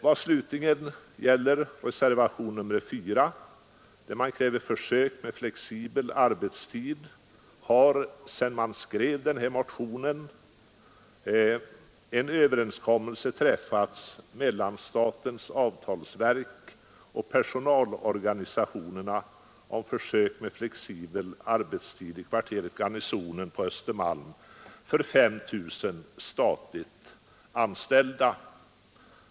Vad slutligen gäller reservationen 4, som kräver försök med flexibel arbetstid, har sedan man skrev den här motionen en överenskommelse träffats mellan statens avtalsverk och personalorganisationerna om försök med flexibel arbetstid i kvarteret Garnisonen på Östermalm för 5 000 statligt anställda.